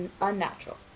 Unnatural